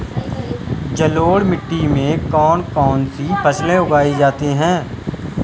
जलोढ़ मिट्टी में कौन कौन सी फसलें उगाई जाती हैं?